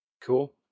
Cool